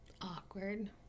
Awkward